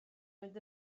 fynd